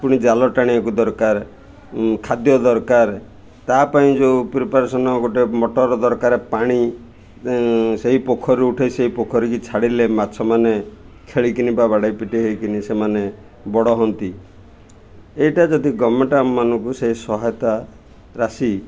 ପୁଣି ଜାଲ ଟାଣିଆକୁ ଦରକାର ଖାଦ୍ୟ ଦରକାର ତା'ପାଇଁ ଯୋଉ ପ୍ରିପାରେସନ୍ ଗୋଟେ ମୋଟର୍ ଦରକାର ପାଣି ସେଇ ପୋଖରୀ ଉଠେଇ ସେଇ ପୋଖରୀକି ଛାଡ଼ିଲେ ମାଛମାନେ ଖେଳିକିନି ବା ବାଡ଼େଇ ପିଟେଇ ହେଇକିନି ସେମାନେ ବଡ଼ ହୁଅନ୍ତି ଏଇଟା ଯଦି ଗଭ୍ମେଣ୍ଟ ଆମମାନଙ୍କୁ ସେ ସହାୟତା ରାଶି